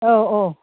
औ औ